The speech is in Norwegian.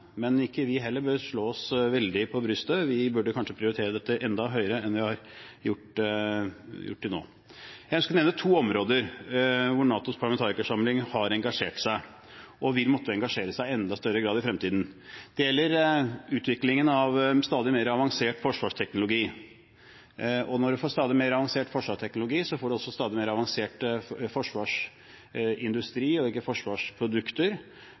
men ikke vi heller bør slå oss veldig på brystet. Vi burde kanskje prioritere dette enda høyere enn vi har gjort til nå. Jeg ønsker å nevne to områder hvor NATOs parlamentarikerforsamling har engasjert seg – og vil måtte engasjere seg i enda større grad i fremtiden. Det gjelder utviklingen av stadig mer avansert forsvarsteknologi. Når man får stadig mer avansert forsvarsteknologi, får man også stadig mer avansert forsvarsindustri og ikke forsvarsprodukter,